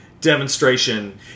demonstration